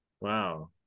Wow